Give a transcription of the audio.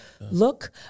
look